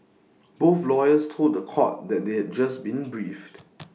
both lawyers told The Court that they had just been briefed